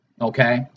okay